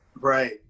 right